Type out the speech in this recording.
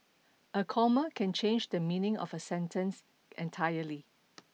a comma can change the meaning of a sentence entirely